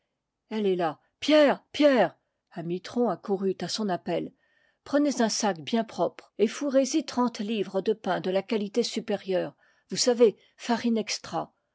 elle héla pierre pierre un mitron accourut à son appel prenez un sac bien propre et fourrez y trente livres do pain de la qualité supérieure vous savez farine extra